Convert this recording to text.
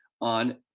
on